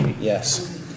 Yes